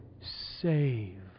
save